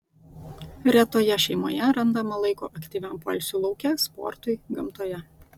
retoje šeimoje randama laiko aktyviam poilsiui lauke sportui gamtoje